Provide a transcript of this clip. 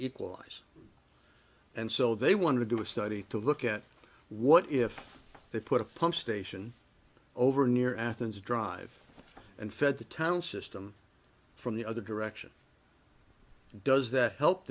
equalize and so they wanted to do a study to look at what if they put a pump station over near athens drive and fed the town system from the other direction does that help